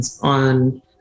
on